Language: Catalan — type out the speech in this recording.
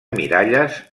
miralles